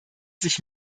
sich